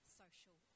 social